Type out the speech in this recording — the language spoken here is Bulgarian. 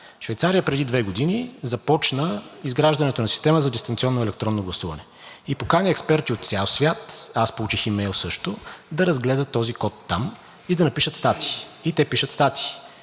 Швейцария преди две години започна изграждането на система за дистанционно електронно гласуване и покани експерти от цял свят – аз получих имейл също, да разгледа този код там и да напишат статии. И те пишат статии.